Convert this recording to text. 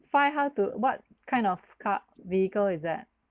five how to what kind of car vehicle is that